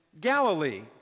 Galilee